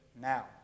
now